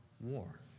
war